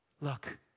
Look